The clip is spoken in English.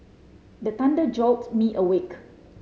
the thunder jolt me awake